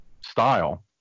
style